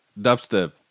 dubstep